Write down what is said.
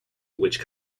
which